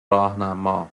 راهنما